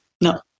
no